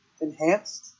enhanced